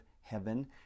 heaven